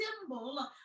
symbol